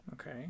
Okay